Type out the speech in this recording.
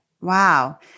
Wow